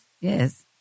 Yes